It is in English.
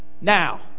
Now